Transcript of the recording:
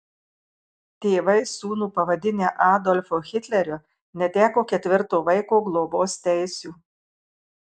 tėvai sūnų pavadinę adolfu hitleriu neteko ketvirto vaiko globos teisių